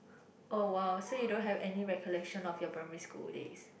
oh !wow! so you don't have recollection of your primary school days